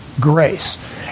grace